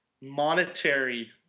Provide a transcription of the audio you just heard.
monetary